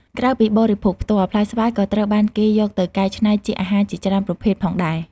ក្រៅពីបរិភោគផ្ទាល់ ផ្លែស្វាយក៏ត្រូវបានគេយកទៅកែច្នៃជាអាហារជាច្រើនប្រភេទផងដែរ។